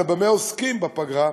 אלא במה עוסקים בפגרה,